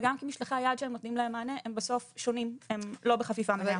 וגם כי משלחי היד שהם נותנים להם מענה הם בסוף שונים ולא בחפיפה מלאה.